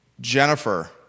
Jennifer